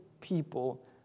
people